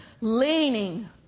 leaning